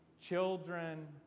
children